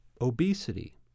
obesity